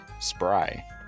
spry